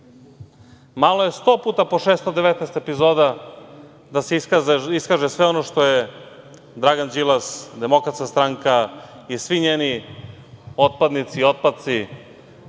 Malo je sto puta po 619 epizoda da se iskaže sve ono što je Dragan Đilas, DS i svi njeni otpadnici i otpaci,